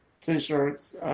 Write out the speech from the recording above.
T-shirts